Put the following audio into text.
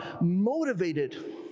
motivated